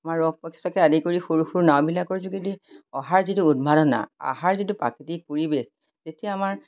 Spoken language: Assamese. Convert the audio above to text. আমাৰ আদি কৰি সৰু সৰু নাঁওবিলাকৰ যোগেদি অহাৰ যিটো উন্মাদনা অহাৰ যিটো প্ৰাকৃতিক পৰিৱেশ তেতিয়া আমাৰ